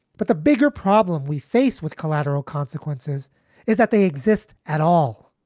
but the bigger problem we face with collateral consequences is that they exist at all.